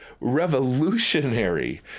revolutionary